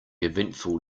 eventful